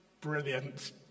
Brilliant